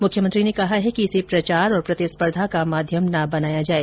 मुख्यमंत्री ने कहा है कि इसे प्रचार और प्रतिस्पर्द्धा का माध्यम न बनाया जाए